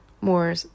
more